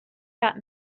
got